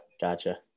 Gotcha